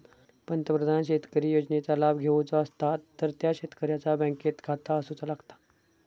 प्रधानमंत्री शेतकरी योजनेचे लाभ घेवचो असतात तर त्या शेतकऱ्याचा बँकेत खाता असूचा लागता